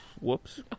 Whoops